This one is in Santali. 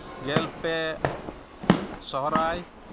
ᱜᱮᱞᱯᱮ ᱥᱚᱨᱦᱟᱭ